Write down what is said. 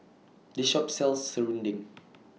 This Shop sells Serunding